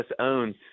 own